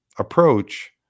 approach